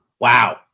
Wow